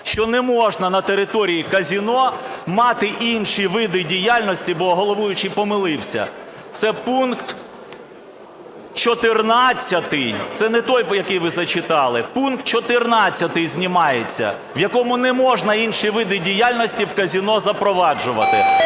що не можна на території казино мати інші види діяльності. Бо головуючий помилився. Це пункт 14, це не той, який ви зачитали. Пункт 14 знімається, в якому не можна інші види діяльності в казино запроваджувати.